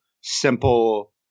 simple